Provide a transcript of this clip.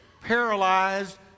paralyzed